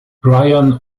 brian